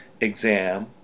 exam